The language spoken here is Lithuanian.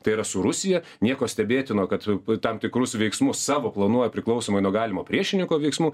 tai yra su rusija nieko stebėtino kad e tam tikrus veiksmus savo planuoja priklausomai nuo galimo priešininko veiksmų